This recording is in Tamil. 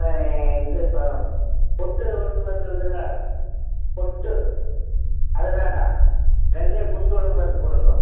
இது இப்போ பொட்டு உளுத்தம்பருப்பு இருக்குதுல்ல பொட்டு அது வேண்டாம் வெள்ளையாக குண்டு உளுத்தம்பருப்பு கொடுங்கோ